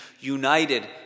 united